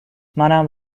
منم